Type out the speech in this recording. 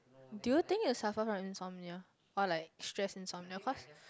do you think you suffer from insomnia or like stress insomnia cause